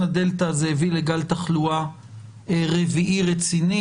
ה-דלתא זה הביא לגל תחלואה רביעי רציני.